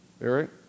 Eric